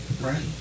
right